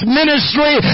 ministry